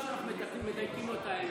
הוא אומר משהו, אנחנו מדייקים לו את האמת.